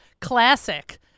classic